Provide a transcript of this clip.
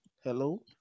hello